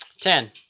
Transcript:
Ten